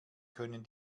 können